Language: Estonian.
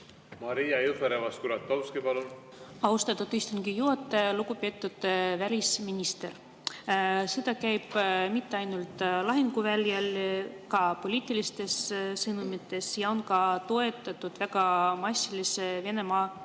Maria Jufereva-Skuratovski, palun! Austatud istungi juhataja! Lugupeetud välisminister! Sõda ei käi mitte ainult lahinguväljal, vaid käib ka poliitilistes sõnumites ja on toetatud väga massilise Venemaa